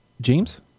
James